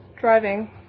Driving